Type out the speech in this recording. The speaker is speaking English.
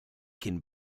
can